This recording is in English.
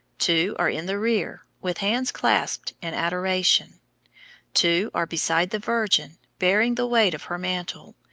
two are in the rear, with hands clasped in adoration two are beside the virgin, bearing the weight of her mantle,